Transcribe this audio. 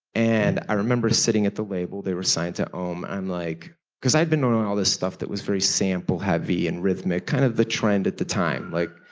and i remember sitting at the label, they were assigned to om, i'm like because i've been around all this stuff that was very sample heavy and rhythmic. kind of the trend at the time like,